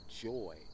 joy